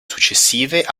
successive